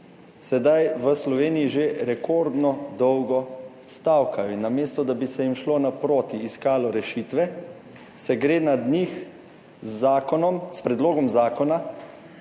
sedaj v Sloveniji že rekordno dolgo stavkajo in namesto da bi se jim šlo naproti, iskalo rešitve, se gre nad njih z zakonom, s predlogom zakona,